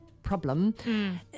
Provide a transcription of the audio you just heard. problem